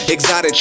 Exotic